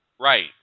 Right